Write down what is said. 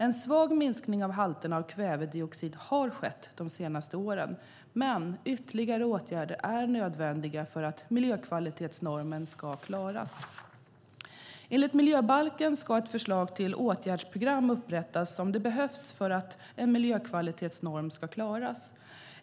En svag minskning av halterna av kvävedioxid har skett de senaste åren men ytterligare åtgärder är nödvändiga för att miljökvalitetsnormen ska klaras. Enligt miljöbalken ska ett förslag till åtgärdsprogram upprättas om det behövs för att en miljökvalitetsnorm ska klaras.